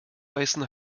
beißen